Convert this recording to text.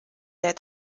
der